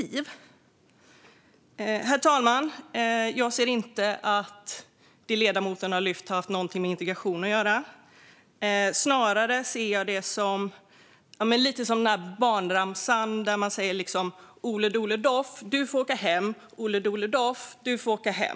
Herr talman! Jag ser inte att det som ledamoten har tagit upp har haft någonting med integration att göra. Snarare ser jag det lite som barnramsan där man säger "ole dole doff - du får åka hem".